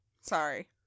Sorry